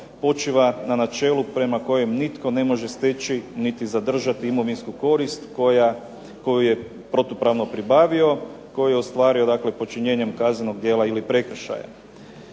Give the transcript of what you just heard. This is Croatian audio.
počiva na načelu prema kojem nitko ne može steći niti zadržati imovinsku korist koju je protupravno pribavio, koju je ostvario počinjenjem kaznenog djela ili prekršaja.